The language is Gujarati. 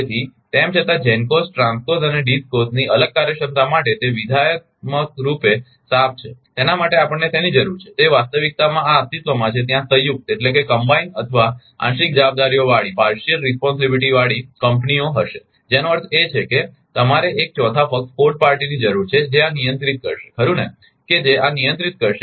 તેથી તેમ છતાં GENCOs TRANSCOs અને DISCOs ની અલગ કાર્યક્ષમતા માટે તે વિધેયાત્મક રૂપે સાફ છે તેના માટે આપણને જેની જરૂર છે તે વાસ્તવિકતામાં આ અસ્તિત્વમાં છે ત્યાં સંયુક્ત અથવા આંશિક જવાબદારીઓવાળી કંપનીઓ હશે જેનો અર્થ છે કે તમારે એક ચોથા પક્ષની જરૂર છે જે આ નિયંત્રિત કરશે ખરુ ને કે જે આ નિયંત્રિત કરશે